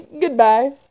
Goodbye